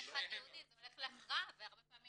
אם אחד מהם יהודי זה הולך להכרעה והרבה פעמים